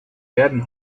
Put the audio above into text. werden